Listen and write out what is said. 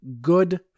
good